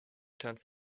turns